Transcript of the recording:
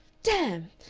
damn!